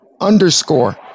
underscore